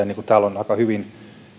niin kuin täällä on asia aika hyvin